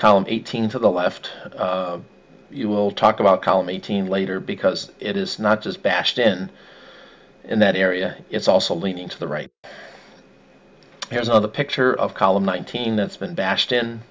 columns eighteen to the left you will talk about column eighteen later because it is not just bashed in in that area it's also leaning to the right there's another picture of column nineteen that's been bashed in